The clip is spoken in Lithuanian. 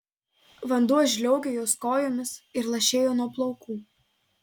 vanduo žliaugė jos kojomis ir lašėjo nuo plaukų